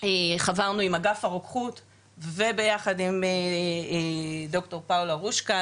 חברנו עם אגף הרוקחות וביחד עם דוקטור פאולה רושקה,